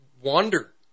wander